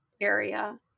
area